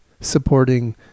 supporting